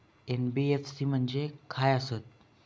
NBFC म्हणजे खाय आसत?